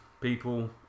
people